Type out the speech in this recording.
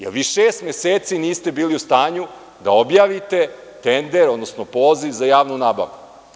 Jer, vi šest meseci niste bili u stanju da objavite tender, odnosno poziv za javnu nabavku.